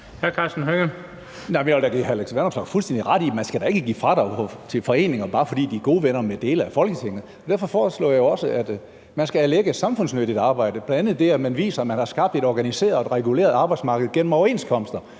i, at man da ikke skal give fradrag til foreninger, bare fordi de er gode venner med dele af Folketinget. Derfor foreslår jeg også, at man skal erlægge samfundsnyttigt arbejde, bl.a. i forhold til det, at man viser, at man har skabt et organiseret og reguleret arbejdsmarked gennem overenskomster.